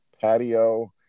patio